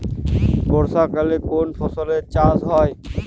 বর্ষাকালে কোন ফসলের চাষ হয়?